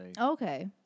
Okay